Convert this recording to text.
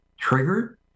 triggered